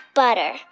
butter